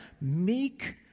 meek